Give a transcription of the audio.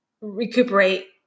recuperate